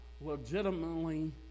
legitimately